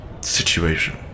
situation